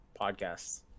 podcasts